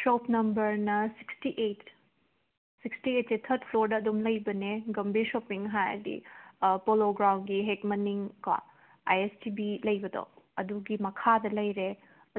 shop ꯅꯝꯕꯔꯅ sixty eight sixty ꯑꯩꯠꯁꯦ ꯊꯥꯔꯗ ꯐ꯭ꯂꯣꯔꯗ ꯑꯗꯨꯝ ꯂꯩꯕꯅꯦ ꯒꯝꯕꯤꯔ ꯁꯣꯞꯄꯤꯡ ꯍꯥꯏꯔꯗꯤ ꯄꯣꯂꯣ ꯒ꯭ꯔꯥꯎꯟꯒꯤ ꯍꯦꯛ ꯃꯅꯤꯡꯀꯣ ꯑꯥꯏ ꯑꯦꯁ ꯇꯤ ꯚꯤ ꯂꯩꯕꯗꯣ ꯑꯗꯨꯒꯤ ꯃꯈꯥꯗ ꯂꯩꯔꯦ